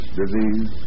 disease